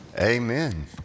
Amen